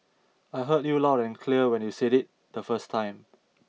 I heard you loud and clear when you said it the first time